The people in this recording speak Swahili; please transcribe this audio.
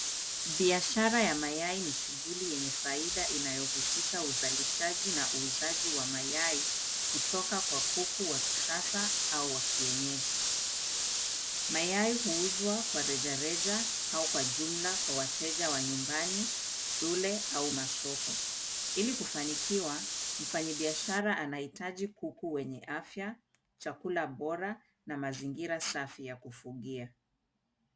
Biashara ya mayai ni shughuli yenye faida inayohusisha uzalishaji na uuzaji wa mayai kutoka kwa kuku wa kisasa au wa kienyeji. Mayai huuzwa kwa rejareja au kwa jumla kwa wateja wa nyumbani, shule au masoko. Ili kufanikiwa mfanyabiashara anahitaji kuku wenye afya, chakula bora na mazingira safi ya kufugia.